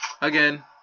again